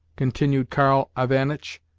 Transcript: continued karl ivanitch,